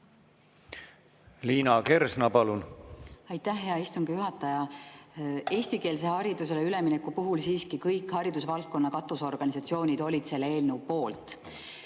Liina Kersna, palun! Aitäh, hea istungi juhataja! Eestikeelsele haridusele ülemineku puhul siiski kõik haridusvaldkonna katusorganisatsioonid olid selle eelnõu poolt.